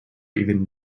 even